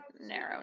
Narrow